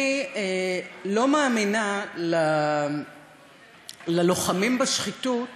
אני לא מאמינה ללוחמים בשחיתות